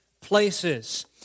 places